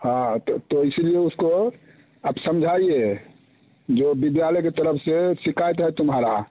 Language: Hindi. हाँ तो तो इसी लिए उसको आप समझाइए जो विद्यालय के तरफ़ से शिकायत है तुम्हारा